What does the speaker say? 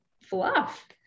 fluff